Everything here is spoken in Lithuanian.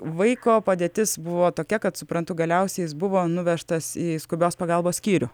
vaiko padėtis buvo tokia kad suprantu galiausiai jis buvo nuvežtas į skubios pagalbos skyrių